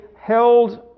held